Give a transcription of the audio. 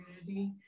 community